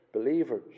believers